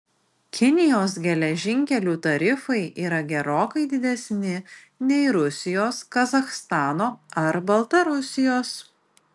kinijos geležinkelių tarifai yra gerokai didesni nei rusijos kazachstano ar baltarusijos